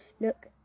look